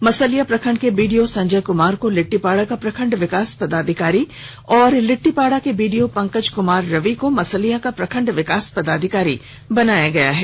मसलिया प्रखंड के बीडीओ संजय कुमार को लिट्टीपाड़ा का प्रखंड विकास पदाधिकारी और लिट्टीपाड़ा के बीडीओ पंकज कुमार रवि को मसलिया का प्रखंड विकास पदाधिकारी बनाया गया है